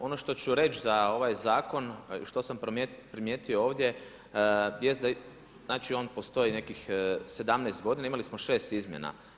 Ono što ću reći za ovaj zakon, što sam prijetio ovdje jest znači on postoji nekih 17 g., imali smo 6 izmjena.